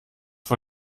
vor